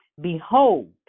Behold